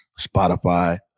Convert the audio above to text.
Spotify